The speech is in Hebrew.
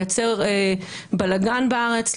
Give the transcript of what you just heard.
לייצר בלגן בארץ,